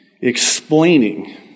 explaining